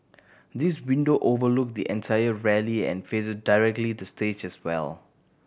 these window overlook the entire rally and faces directly the stage as well